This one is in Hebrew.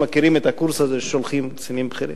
מכירים את הקורס הזה ששולחים קצינים בכירים,